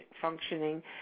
functioning